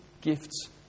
gifts